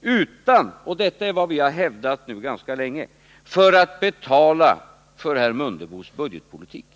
utan — och det är vad vi har hävdat ganska länge för att betala för herr Mundebos budgetpolitik.